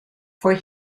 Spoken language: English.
for